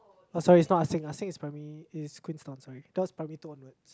oh sorry is not Ah-Seng Ah-Seng is primary is Queenstown sorry it was primary two onwards